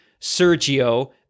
Sergio